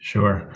Sure